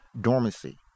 dormancy